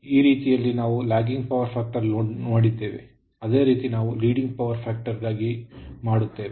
ಈ ರೀತಿಯಲ್ಲಿ ನಾವು lagging ಪವರ್ ಫ್ಯಾಕ್ಟರ್ ಲೋಡ್ ಮಾಡಿದ್ದೇವೆ ಅದೇ ರೀತಿ ನಾವು ಲೀಡಿಂಗ್ ಪವರ್ ಫ್ಯಾಕ್ಟರ್ ಗಾಗಿ ಅದನ್ನು ಮಾಡುತ್ತೇವೆ